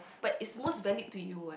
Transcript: but it's most valued to you eh